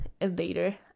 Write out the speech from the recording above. later